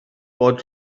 bod